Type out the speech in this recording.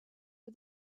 for